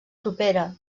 propera